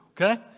okay